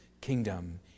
kingdom